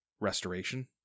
Restoration